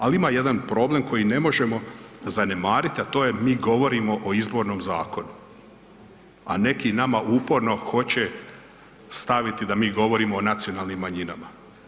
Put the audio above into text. Ali ima jedan problem koji ne možemo zanemariti a to je mi govorimo o Izbornom zakonu a neki nama uporno hoće staviti da mi govorimo o nacionalnim manjinama.